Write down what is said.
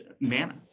MANA